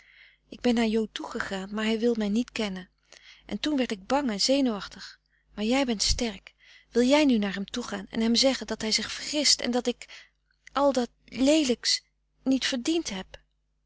ik ben naar jo toe gegaan maar hij wil mij niet kennen en toen werd ik bang en zenuwachtig maar jij ben sterk wil jij nu naar hem toegaan en hem zeggen dat hij zich vergist en dat ik al dat frederik van eeden van de koele meren des doods leelijks niet verdiend heb